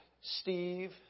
Steve